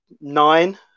nine